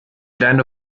deine